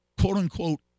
quote-unquote